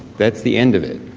that's the end of it.